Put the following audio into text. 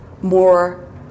more